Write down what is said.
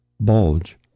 bulge